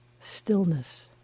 stillness